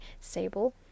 sable